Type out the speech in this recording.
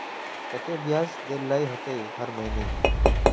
केते बियाज देल ला होते हर महीने?